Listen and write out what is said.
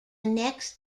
next